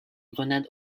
grenade